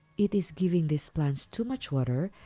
it is giving these plants too much water,